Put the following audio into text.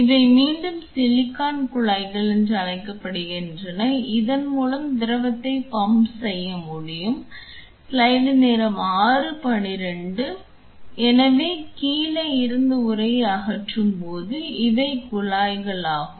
இவை மீண்டும் சிலிகான் குழாய்கள் என்று அழைக்கப்படுகின்றன இதன் மூலம் திரவத்தை பம்ப் செய்ய முடியும் எனவே கீழே இருந்து உறையை அகற்றும்போது இவை குழாய்களாகும்